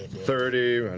thirty and